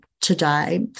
today